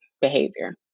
behavior